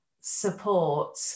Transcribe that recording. support